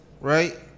right